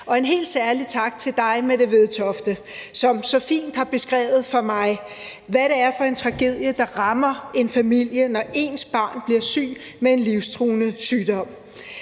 En helt særlig tak til dig, Mette Vedtofte, som så fint har beskrevet for mig, hvad det er for en tragedie, der rammer en familie, når ens barn bliver syg med en livstruende sygdom,